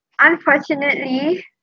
Unfortunately